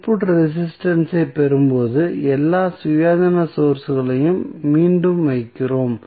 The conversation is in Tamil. இன்புட் ரெசிஸ்டன்ஸ் ஐப் பெறும்போது எல்லா சுயாதீன சோர்ஸ்களையும் மீண்டும் வைக்கிறோம்